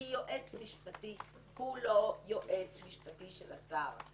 כי יועץ משפטי הוא לא יועץ משפטי של השר.